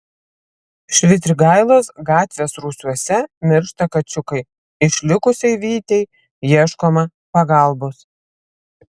švitrigailos gatvės rūsiuose miršta kačiukai išlikusiai vytei ieškoma pagalbos